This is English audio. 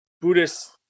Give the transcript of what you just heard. buddhist